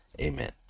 Amen